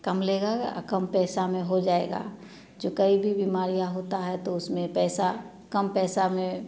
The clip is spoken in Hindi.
कम लेगा या कम पैसा में हो जाएगा जो कई भी बीमारियाँ होता है तो उसमें पैसा कम पैसा में